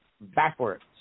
backwards